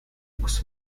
was